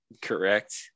Correct